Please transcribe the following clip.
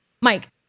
Mike